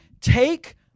take